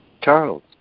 Charles